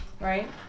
right